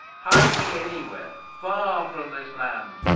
hide me anywhere far from this land,